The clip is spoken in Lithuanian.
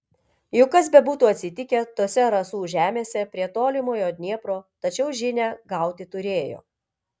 juk kas bebūtų atsitikę tose rasų žemėse prie tolimojo dniepro tačiau žinią gauti turėjo